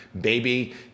baby